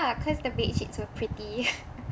cause the bedsheets were pretty